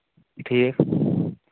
ٹھیٖک